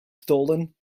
stolen